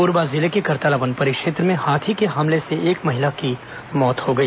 कोरबा जिले के करतला वन परिक्षेत्र में हाथी के हमले से एक महिला की मौत हो गई